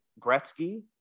Gretzky